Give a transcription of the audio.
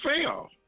fail